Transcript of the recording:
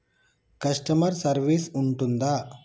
Customer service ఉంటుందా?